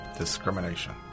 discrimination